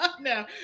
No